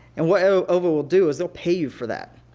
and what ovo will do is they'll pay you for that.